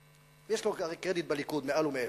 קרדיט, יש לו הרי קרדיט בליכוד מעל ומעבר,